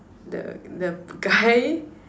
the the guy